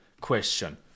question